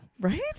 Right